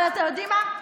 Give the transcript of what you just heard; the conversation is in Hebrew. אבל אתם יודעים מה?